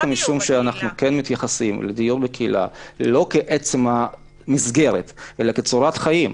דווקא כיוון שאנו מתייחסים לדיור בקהילה לא כעצם במסגרת אלא כצורת חיים,